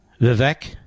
Vivek